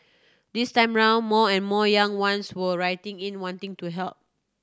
this time round more and more young ones were writing in wanting to help